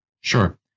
Sure